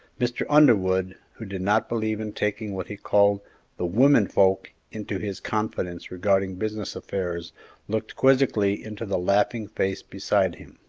mr. underwood, who did not believe in taking what he called the women folks into his confidence regarding business affairs, looked quizzically into the laughing face beside him.